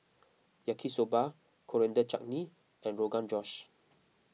Yaki Soba Coriander Chutney and Rogan Josh